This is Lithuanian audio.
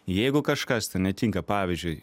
jeigu kažkas ten netinka pavyzdžiui